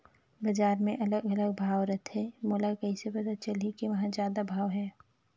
बजार मे अलग अलग भाव रथे, मोला कइसे पता चलही कि कहां जादा भाव हे?